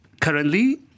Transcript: Currently